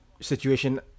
situation